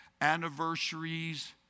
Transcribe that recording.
anniversaries